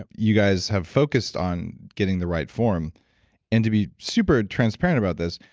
ah you guys have focused on getting the right form and to be super transparent about this,